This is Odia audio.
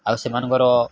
ଆଉ ସେମାନଙ୍କର